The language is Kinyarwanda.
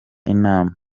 inama